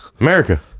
America